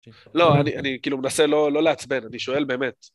לא, אני כאילו מנסה לא לעצבן, אני שואל באמת.